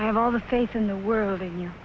have all the faith in the world in you